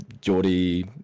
geordie